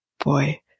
boy